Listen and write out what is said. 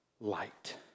light